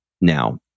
Now